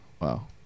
Wow